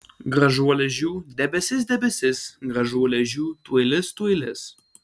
gražuole žiū debesis debesis gražuole žiū tuoj lis tuoj lis